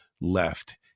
left